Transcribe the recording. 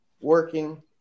working